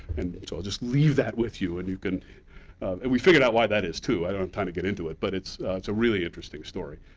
and so i'll just leave that with you, and you can and we figured out why that is, too. i don't have time to get into it, but it's it's a really interesting story.